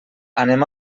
anem